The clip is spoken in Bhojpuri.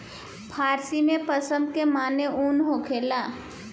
फ़ारसी में पश्म के माने ऊन होखेला